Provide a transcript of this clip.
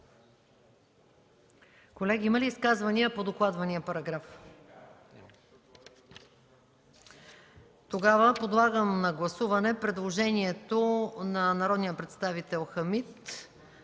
Колеги, има ли изказвания по докладвания параграф? Няма. Подлагам първо на гласуване предложението на народния представител Страхил